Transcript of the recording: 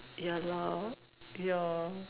ya lah ya